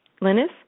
Linus